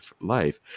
life